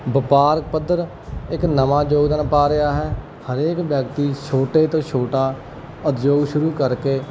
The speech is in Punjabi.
ਵਪਾਰ ਪੱਧਰ ਇੱਕ ਨਵਾਂ ਯੋਗਦਾਨ ਪਾ ਰਿਹਾ ਹੈ ਹਰੇਕ ਵਿਅਕਤੀ ਛੋਟੇ ਤੋਂ ਛੋਟਾ ਉਦਯੋਗ ਸ਼ੁਰੂ ਕਰਕੇ